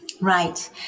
Right